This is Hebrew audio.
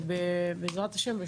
ובעזרת השם,